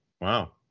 Wow